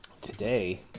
Today